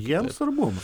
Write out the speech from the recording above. jiems ar mums